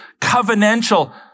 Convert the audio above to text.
covenantal